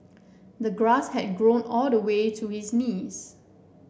the grass had grown all the way to his knees